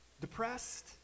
depressed